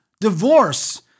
Divorce